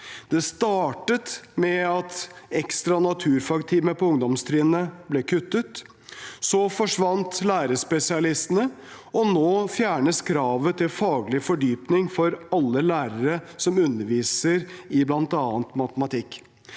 Det startet med at en ekstra naturfagtime på ungdomstrinnet ble kuttet, så forsvant lærerspesialistene, og nå fjernes kravet til faglig fordypning for alle lærere som underviser i bl.a. matematikk.